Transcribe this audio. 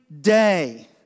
day